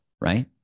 right